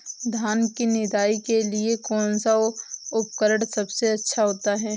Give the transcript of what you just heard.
धान की निदाई के लिए कौन सा उपकरण सबसे अच्छा होता है?